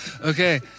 Okay